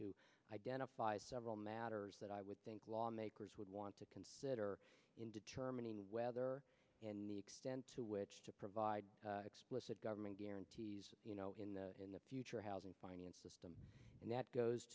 to identify several matters that i would think lawmakers would want to consider in determining whether in the extent to which to provide explicit government guarantees you know in the in the future housing finance system and that goes